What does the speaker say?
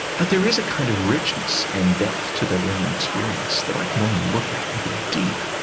but there is a kind of richness and depth to their learning experience that i can only look at with a deep,